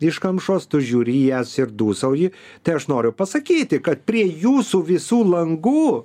iškamšos tu žiūri į jas ir dūsauji tai aš noriu pasakyti kad prie jūsų visų langų